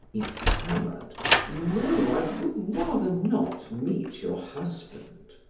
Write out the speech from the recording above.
he stammered no, i would rather not meet your husband.